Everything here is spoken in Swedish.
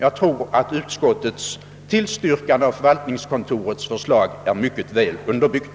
Jag anser att utskottets tillstyrkande av förvaltningskontorets förslag är mycket väl underbyggt.